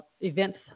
events